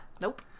Nope